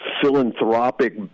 philanthropic